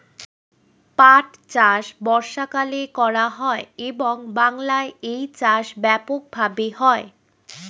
পাট চাষ বর্ষাকালে করা হয় এবং বাংলায় এই চাষ ব্যাপক ভাবে হয়